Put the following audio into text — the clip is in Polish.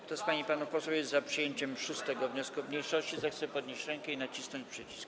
Kto z pań i panów posłów jest za przyjęciem 6. wniosku mniejszości, zechce podnieść rękę i nacisnąć przycisk.